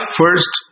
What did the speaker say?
first